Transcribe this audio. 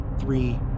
three